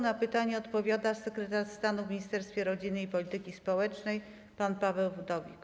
Na pytanie odpowiada sekretarz stanu w Ministerstwie Rodziny i Polityki Społecznej pan Paweł Wdówik.